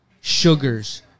sugars